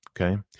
Okay